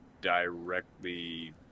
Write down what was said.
directly